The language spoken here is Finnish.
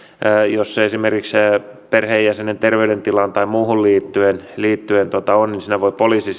jos esimerkiksi perheenjäsenen terveydentilaan tai muuhun liittyen liittyen on jotain niin siinä voi poliisi